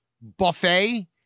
buffet